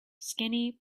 skinny